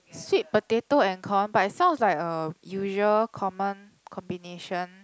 sweet potato and common bites sounds like a usual common combination